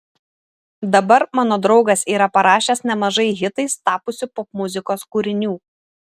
dabar mano draugas yra parašęs nemažai hitais tapusių popmuzikos kūrinių